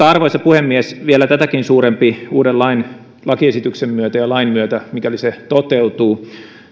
arvoisa puhemies vielä tätäkin suurempi uuden lakiesityksen myötä ja lain myötä mikäli se toteutuu